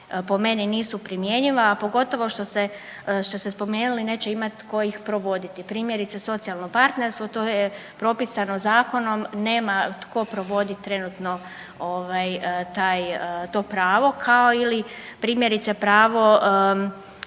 po meni nisu primjenjiva, a pogotovo što ste spomenuli neće imati tko ih provoditi. Primjerice socijalno partnerstvo to je propisano zakonom, nema tko provoditi trenutno ovaj taj, to pravo kao ili primjerice pravo